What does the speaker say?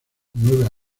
nueve